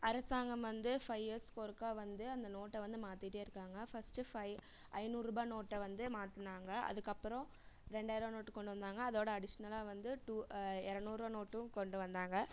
அரசாங்கம் வந்து ஃபைவ் இயர்ஸ்க்கு ஒருக்கா வந்து அந்த நோட்டை வந்து மாற்றிட்டே இருக்காங்க ஃபர்ஸ்ட் ஃபைவ் ஐநூறுரூபா நோட்டை வந்து மாற்றுனாங்க அதுக்கப்புறோம் ரெண்டாயிரருவா நோட்டு கொண்டு வந்தாங்க அதோடு அடிஷ்னலாக வந்து டூ இரநூருவா நோட்டும் கொண்டு வந்தாங்க